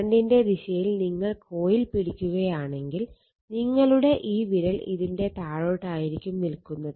കറണ്ടിന്റെ ദിശയിൽ നിങ്ങൾ കോയിൽ പിടിക്കുകയാണെങ്കിൽ നിങ്ങളുടെ ഈ വിരൽ ഇതിന്റെ താഴോട്ടായിരിക്കും നിൽക്കുന്നത്